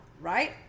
right